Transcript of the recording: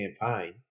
campaign